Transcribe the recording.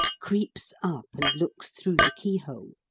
creeps up, and looks through the keyhole.